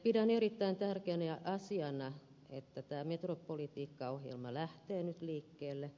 pidän erittäin tärkeänä asiana että tämä metropolipolitiikkaohjelma lähtee nyt liikkeelle